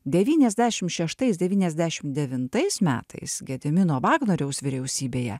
devyniasdešimt šeštais devyniasdešimt devintais metais gedimino vagnoriaus vyriausybėje